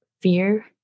fear